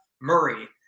Murray